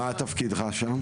מה תפקידך שם?